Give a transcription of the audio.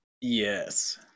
Yes